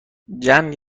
جنگ